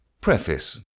Preface